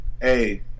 Hey